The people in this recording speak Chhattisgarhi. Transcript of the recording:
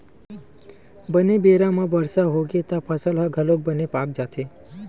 बने बेरा म बरसा होगे त फसल ह घलोक बने पाक जाथे